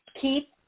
keep